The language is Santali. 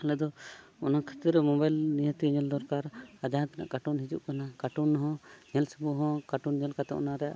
ᱟᱞᱮᱫᱚ ᱫᱚ ᱚᱱᱟ ᱠᱷᱟᱹᱛᱤᱨ ᱱᱤᱦᱟᱹᱛ ᱧᱮᱞ ᱫᱚᱨᱠᱟᱨ ᱟᱨ ᱡᱟᱦᱟᱸ ᱛᱤᱱᱟᱹᱜ ᱦᱤᱡᱩ ᱠᱟᱱᱟ ᱦᱚᱸ ᱧᱮᱞ ᱥᱚᱢᱚᱭ ᱦᱚᱸ ᱧᱮᱞ ᱠᱟᱛᱮᱫ ᱚᱱᱟ ᱨᱮᱭᱟᱜ